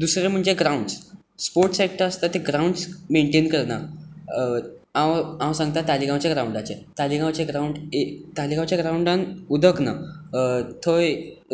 दुसरे म्हणटात ते ग्राउंड्स स्पोर्ट्स सॅक्टर आसता ते ग्राउंड्स मैनटेन करना हांव सांगता तालिगांवचें ग्राउंडाचें तालिगांवचे ग्राउंडांत उदक ना